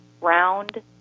round